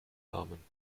namen